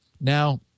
Now